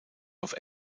auf